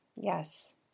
Yes